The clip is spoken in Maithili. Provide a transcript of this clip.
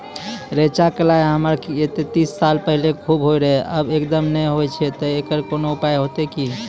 रेचा, कलाय हमरा येते तीस साल पहले खूब होय रहें, अब एकदम नैय होय छैय तऽ एकरऽ कोनो उपाय हेते कि?